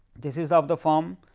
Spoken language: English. this is of the form